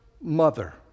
mother